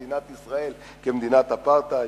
מדינת ישראל כמדינת האפרטהייד,